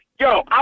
Yo